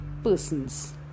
persons